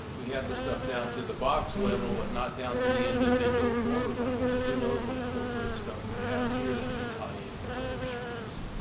we have the stuff down to the box level, but not down to the individual folder level. so who knows what corporate stuff we have here that may tie in with other searches.